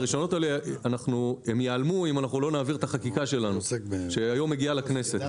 הרישיונות האלה ייעלמו אם לא נעביר את החקיקה שלנו שהיום מגיעה לכנסת.